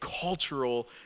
cultural